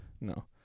No